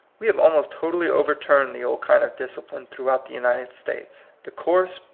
we have almost totally over turned the old kind of discipline through out the united states. the coarse,